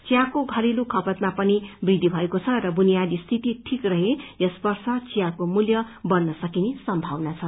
चियाको घरेलु खपतमा पनि वृद्धि भएको छ र बुनियादी स्थिति ठीक रहे यस वर्ष चियाको मूल्य बढ़न सकिने सम्भवना छ